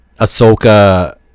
ahsoka